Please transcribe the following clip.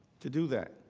to do that.